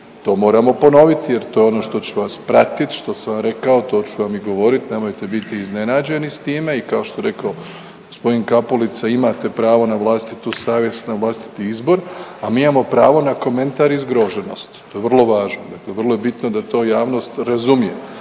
to moramo ponoviti jer to je ono što će vas pratit, što sam vam rekao, to ću vam i govorit, nemojte biti iznenađeni s time i kao što je rekao g. Kapulica imate pravo na vlastitu savjest, na vlastiti izbor, a mi imamo pravo na komentar i zgroženost, to je vrlo važno, dakle vrlo je bitno da to važnost razumije.